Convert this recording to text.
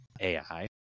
AI